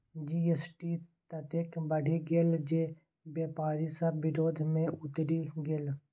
GST ततेक बढ़ि गेल जे बेपारी सभ विरोध मे उतरि गेल